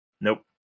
Nope